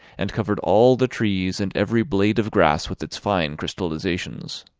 and covered all the trees and every blade of grass with its fine crystallisations.